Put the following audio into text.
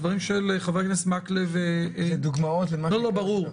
הדברים של חבר הכנסת מקלב --- אלו דוגמאות למה שיקרה עכשיו.